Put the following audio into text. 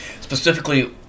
specifically